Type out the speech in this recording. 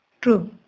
true